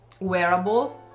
wearable